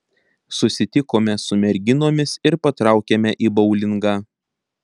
susitikome su merginomis ir patraukėme į boulingą